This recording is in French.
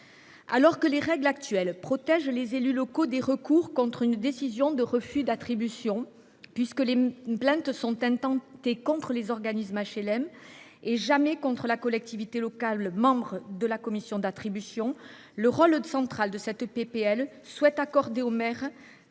Alors que les règles actuelles protègent les élus locaux des recours contre une décision de refus d’attribution – les plaintes sont intentées contre les organismes d’HLM, jamais contre la collectivité locale membre de la commission d’attribution –, le rôle central qu’il est prévu d’accorder aux maires